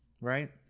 Right